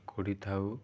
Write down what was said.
କୋଡ଼ି ଥାଉ